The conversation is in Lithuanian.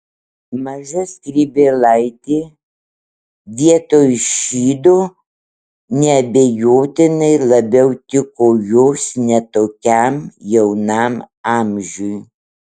maža skrybėlaitė vietoj šydo neabejotinai labiau tiko jos ne tokiam jaunam amžiui